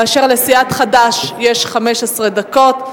כאשר לסיעת חד"ש יש 15 דקות,